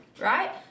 right